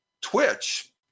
Twitch